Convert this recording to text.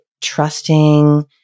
trusting